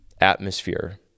atmosphere